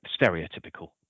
stereotypical